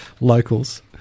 locals